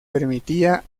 permitía